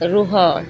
ରୁହ